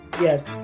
Yes